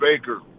Baker